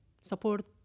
support